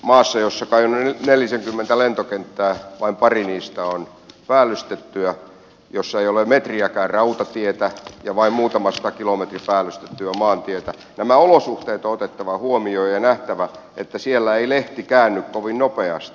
maassa jossa kai on jo nyt nelisenkymmentä lentokenttää vain pari niistä on päällystettyjä jossa ei ole metriäkään rautatietä ja vain muutama sata kilometriä päällystettyä maantietä nämä olosuhteet on otettava huomioon ja nähtävä että siellä ei lehti käänny kovin nopeasti